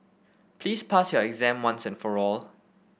please pass your exam once and for all